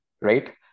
Right